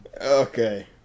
Okay